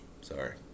Sorry